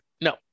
no